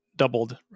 doubled